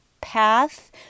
path